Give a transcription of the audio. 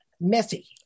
messy